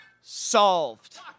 solved